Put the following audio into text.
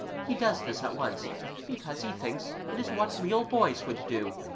he does this at once because he thinks it is what real boys would do,